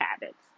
habits